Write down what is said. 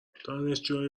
دانشجوهای